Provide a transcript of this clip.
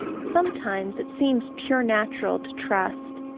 sometimes it seems pure natural to trust,